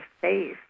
safe